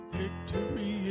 victory